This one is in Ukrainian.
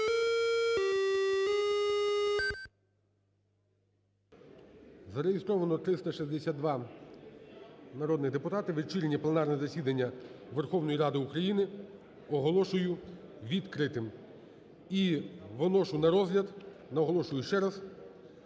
Зареєструвалося -362 Вечірнє пленарне засідання Верховної Ради України оголошую відкритим. І виношу на розгляд, наголошую ще раз,